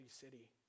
city